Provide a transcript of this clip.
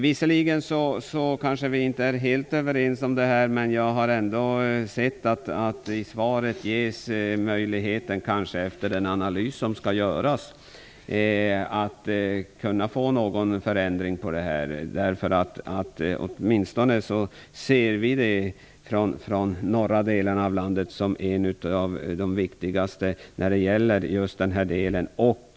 Visserligen är vi kanske inte helt överens, men jag har sett att det i svaret ändå ges en möjlighet - kanske efter den analys som skall göras - att få en förändring. Åtminstone vi i de norra delarna av landet ser detta som något mycket viktigt.